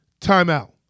Timeout